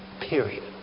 period